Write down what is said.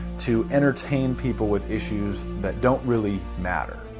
to entertain people with issues that don't really matter.